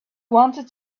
wanted